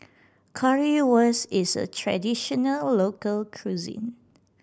currywurst is a traditional local cuisine